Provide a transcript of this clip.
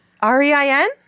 R-E-I-N